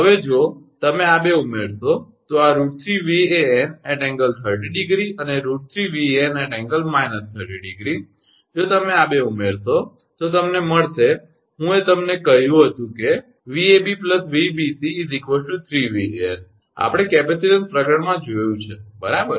હવે જો તમે આ બે ઉમેરશો તો આ √3𝑉𝑎𝑛∠30° અને √3𝑉𝑎𝑛∠−30° જો તમે આ 2 ઉમેરશો તો તમને મળશે કે હું એ તમને કહ્યું હતું કે 𝑉𝑎𝑏 𝑉𝑏𝑐 3𝑉𝑎𝑛 આપણે કેપેસિટીન્સ પ્રકરણમાં જોયું છે બરાબર